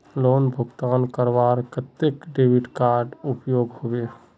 Loan भुगतान करवार केते डेबिट कार्ड उपयोग होबे?